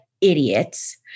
idiots